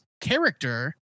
character